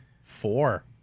Four